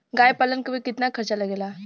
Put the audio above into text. गाय पालन करे में कितना खर्चा लगेला?